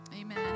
Amen